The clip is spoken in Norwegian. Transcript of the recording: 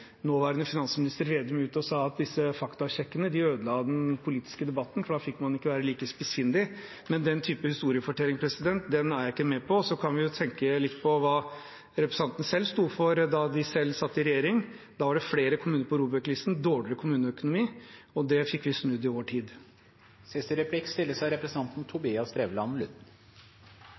nåværende finansminister Vedum ut og sa at disse faktasjekkene ødela den politiske debatten, fordi da kunne man ikke være like spissfindig. Men den type historiefortelling er jeg ikke med på. Vi kan tenke litt på hva representanten selv sto for sist de satt i regjering. Da var det flere kommuner på ROBEK-listen og dårligere kommuneøkonomi – og det fikk vi snudd i vår tid. For en som har vært folkevalgt lokalt de siste